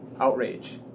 outrage